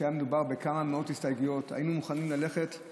ששם דובר על כמה מאות הסתייגויות והיינו מוכנים לצמצם